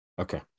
Okay